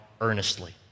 earnestly